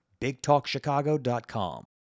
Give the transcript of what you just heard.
BigTalkChicago.com